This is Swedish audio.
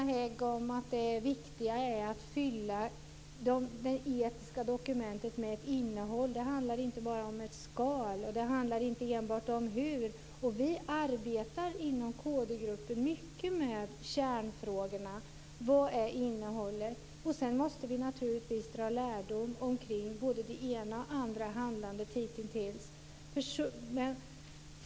Fru talman! Jag håller med Carina Hägg om att det viktiga är att fylla det etiska dokumentet med innehåll. Det handlar inte bara om ett skal, och det handlar inte enbart om hur. Vi arbetar inom kdgruppen mycket med kärnfrågorna. Vad är innehållet? Sedan måste vi naturligtvis ta lärdom av både det ena och andra handlandet hitintills.